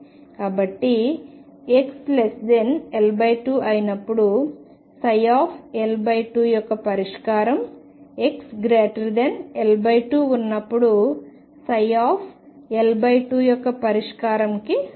కాబట్టి xL2 ఉన్నప్పుడు L2 యొక్క పరిష్కారం xL2 ఉన్నప్పుడు L2 యొక్క పరిష్కారం కి సమానంగా ఉంటుంది